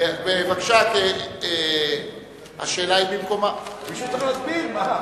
המקומיות, מישהו צריך להסביר.